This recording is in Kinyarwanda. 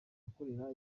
akorera